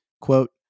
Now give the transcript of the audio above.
Quote